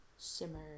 shimmer